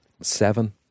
Seven